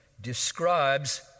describes